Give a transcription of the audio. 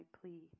plea